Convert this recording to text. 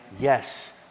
yes